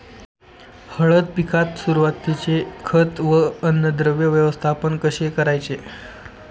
हळद पिकात सुरुवातीचे खत व अन्नद्रव्य व्यवस्थापन कसे करायचे?